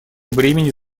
бремени